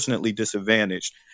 disadvantaged